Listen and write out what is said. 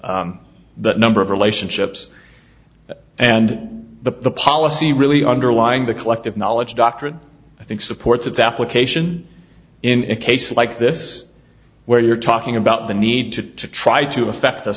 of that number of relationships and the policy really underlying the collective knowledge doctrine i think supports its application in a case like this where you're talking about the need to to try to effect